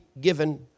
given